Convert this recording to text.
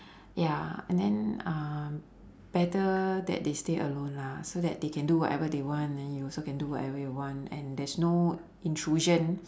ya and then uh better that they stay alone lah so that they can do whatever they want and you also can do whatever you want and there's no intrusion